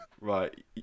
Right